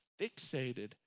fixated